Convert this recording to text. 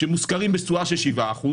שמושכרים בתשואה של 7 אחוז